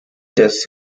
des